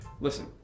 listen